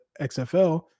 XFL